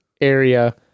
area